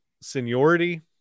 Seniority